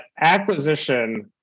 acquisition